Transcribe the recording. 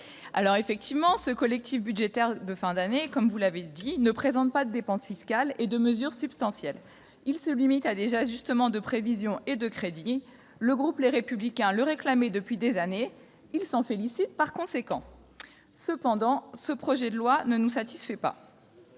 le secrétaire d'État, ce collectif budgétaire de fin d'année ne présente pas de dépenses fiscales et de mesures substantielles, se limitant à des ajustements de prévisions et de crédits. Le groupe Les Républicains le réclamait depuis des années ; il s'en félicite par conséquent. Cependant, ce projet de loi ne nous satisfait pas.